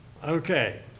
Okay